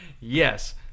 yes